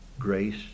grace